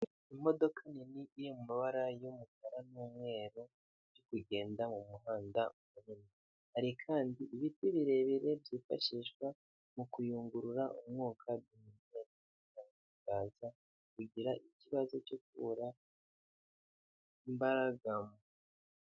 Imodoka nini iri mu mabara y'umukara n'umweru iri kugenda mu muhanda, hari kandi ibiti birebire byifashishwa mu kuyungurura umwuka duhumeka kugira ngo tutagira ikibazo cyo kubura imbaraga.